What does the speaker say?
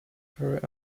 her